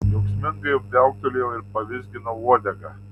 džiaugsmingai viauktelėjau ir pavizginau uodegą